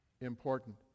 Important